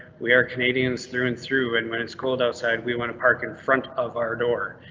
we are canadians through and through. and when it's cold outside, we want to park in front of our door,